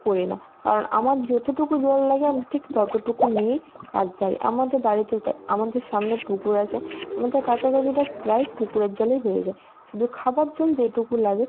করি না কারণ আমার যতটুকু জল লাগে আমি ঠিক ততটুকু নিয়েই কাজ সারি আমাদের বাড়িতেও তাই আমাদের সামনে পুকুর আছে আমাদের কাচাকাচিটা প্রায় পুকুরের জলেই হয়ে যায় শুধু খাবার জল যেইটুকু লাগে